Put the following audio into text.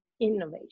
innovation